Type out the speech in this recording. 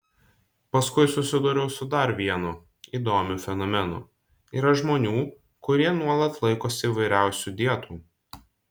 paskui susidūriau su dar vienu įdomiu fenomenu yra žmonių kurie nuolat laikosi įvairiausių dietų